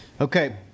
Okay